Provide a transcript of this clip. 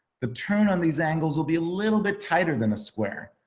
the turn on these angles will be a little bit tighter than a square.